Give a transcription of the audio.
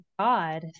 God